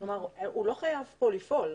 כלומר, הוא לא חייב כאן לפעול.